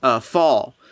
Fall